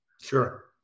Sure